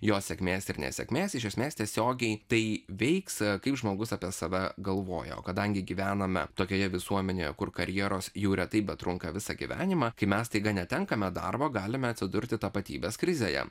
jos sėkmės ir nesėkmės iš esmės tiesiogiai tai veiks kaip žmogus apie save galvoja o kadangi gyvename tokioje visuomenėje kur karjeros jau retai betrunka visą gyvenimą kai mes staiga netenkame darbo galime atsidurti tapatybės krizėje